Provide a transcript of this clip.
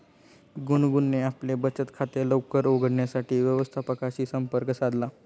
गुनगुनने आपले बचत खाते लवकर उघडण्यासाठी व्यवस्थापकाशी संपर्क साधला